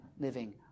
living